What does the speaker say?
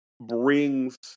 brings